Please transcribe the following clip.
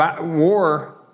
war